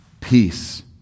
peace